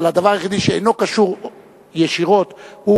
אבל הדבר היחידי שאינו קשור ישירות הוא